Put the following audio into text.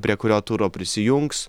prie kurio turo prisijungs